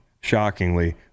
shockingly